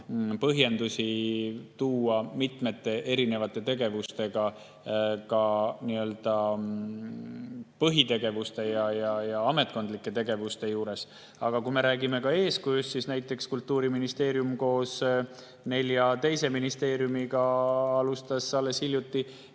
põhjendusi tuua mitmete erinevate tegevuste, ka põhitegevuste ja ametkondlike tegevuste juures. Aga kui räägime eeskujust, siis näiteks Kultuuriministeerium koos nelja teise ministeeriumiga alustas alles hiljuti